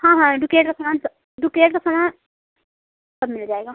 हाँ हाँ डुकेट का समान सब डुकेट का समान सब मिल जाएगा